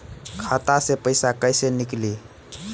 खाता से पैसा कैसे नीकली?